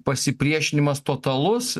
pasipriešinimas totalus